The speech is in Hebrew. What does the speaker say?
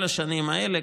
הממוצע של כל השנים האלה,